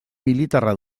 militarra